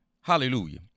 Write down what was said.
Hallelujah